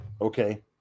okay